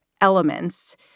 elements